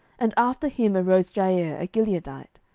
and after him arose jair, a gileadite,